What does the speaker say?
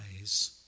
eyes